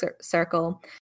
circle